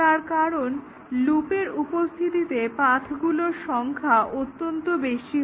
তার কারণ লুপের উপস্থিতিতে পাথ্গুলোর সংখ্যা অত্যন্ত বেশি হয়